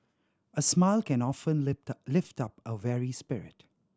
a smile can often lift up a weary spirit